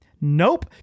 nope